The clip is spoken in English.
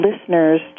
listeners